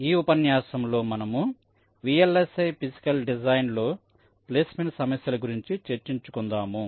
ఈ ఉపన్యాసంలో మనము V L S I physical design లో ప్లేస్మెంట్ సమస్యలు గురించి చర్చించుకుందాము